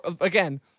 Again